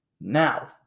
Now